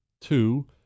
two